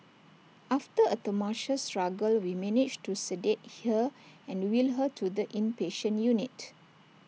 after A tumultuous struggle we managed to sedate her and wheel her to the inpatient unit